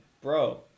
bro